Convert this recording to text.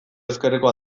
ezkerreko